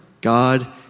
God